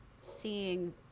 seeing